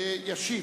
ישיב,